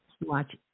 Watch